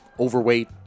Overweight